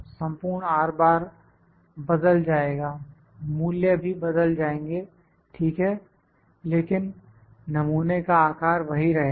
संपूर्ण बदल जाएगा मूल्य भी बदल जाएंगे ठीक है लेकिन नमूने का आकार वही रहेगा